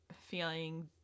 feeling